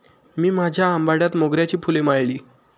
मी माझ्या आंबाड्यात मोगऱ्याची फुले माळली